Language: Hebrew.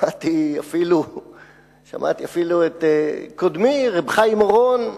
שמעתי אפילו את קודמי, רב חיים אורון,